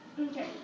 Okay